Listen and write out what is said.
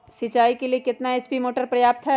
सिंचाई के लिए कितना एच.पी मोटर पर्याप्त है?